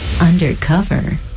undercover